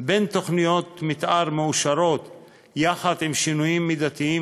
בין תוכניות מתאר מאושרות ושינויים מידתיים